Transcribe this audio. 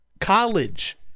College